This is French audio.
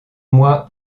moi